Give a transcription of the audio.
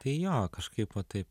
tai jo kažkaip va taip